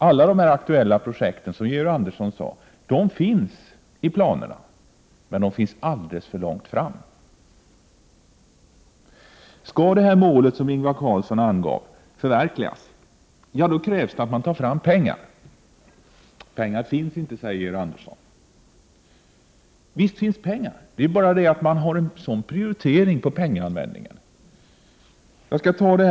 Alla de aktuella projekt som Georg Andersson nämnde finns i planerna, men de finns alldeles för långt fram. Skall det mål som Ingvar Carlsson angav uppnås, krävs det att man tar fram pengar. Pengar finns inte, säger Georg Andersson. Men visst finns pengarna. Man har bara en felaktig prioritering när det gäller användningen av dem.